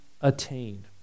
attained